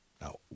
Now